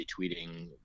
retweeting